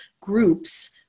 groups